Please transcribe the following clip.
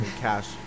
cash